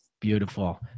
Beautiful